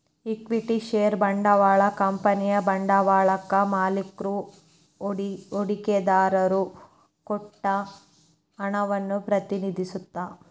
equity ಷೇರ ಬಂಡವಾಳ ಕಂಪನಿಯ ಬಂಡವಾಳಕ್ಕಾ ಮಾಲಿಕ್ರು ಹೂಡಿಕೆದಾರರು ಕೊಟ್ಟ ಹಣವನ್ನ ಪ್ರತಿನಿಧಿಸತ್ತ